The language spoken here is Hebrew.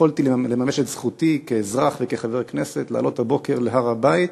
יכולתי לממש את זכותי כאזרח וכחבר כנסת לעלות הבוקר להר-הבית